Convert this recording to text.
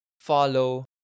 follow